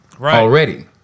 already